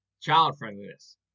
child-friendliness